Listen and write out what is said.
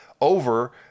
over